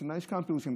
יש כמה פירושים.